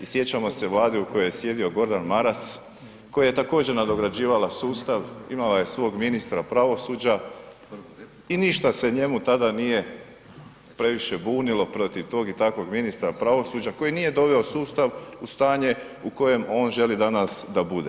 Sjećamo se Vlade u kojoj je sjedio Gordan Maras, koji je također nadograđivala sustav, imala je svog ministra pravosuđa i ništa se njemu tada nije previše bunilo protiv tog i takvog ministra pravosuđa koji nije doveo sustav u stanje u kojem on želi danas da bude.